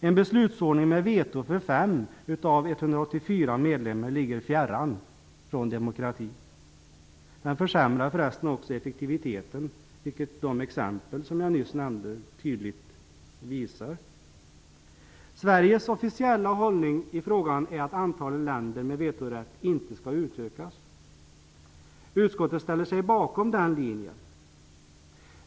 En beslutsordning med vetorätt för fem av 184 medlemmar ligger fjärran från demokrati. Den försämrar också effektiviten, vilket de exempel jag nämnde tydligt visar. Sveriges officiella hållning i frågan är att antalet länder med vetorätt inte skall utökas. Utskottet ställer sig bakom den linjen.